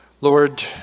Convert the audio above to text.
Lord